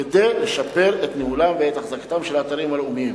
כדי לשפר את ניהולם ואת החזקתם של האתרים הלאומיים.